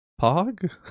Pog